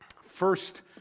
First